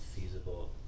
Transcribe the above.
feasible